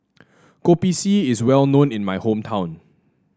Kopi C is well known in my hometown